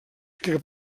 que